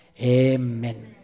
Amen